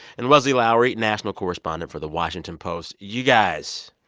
and wesley lowery, national correspondent for the washington post. you guys,